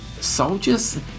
soldiers